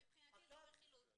מבחינתי זה רכילות.